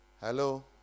hello